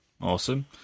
awesome